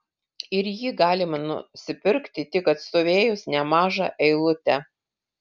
ir jį galima nusipirkti tik atstovėjus nemažą eilutę